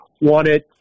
wanted